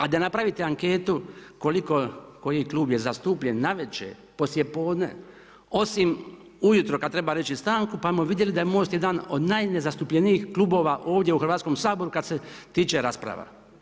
A da napravite anketu koliko koji klub je zastupljen na večer, poslijepodne, osim ujutro kada treba reći stanku pa bimo vidjeli da je Most jedan od najzastupljenijih klubova ovdje u Hrvatskom saboru kada se tiče rasprava.